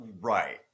Right